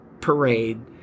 Parade